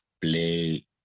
play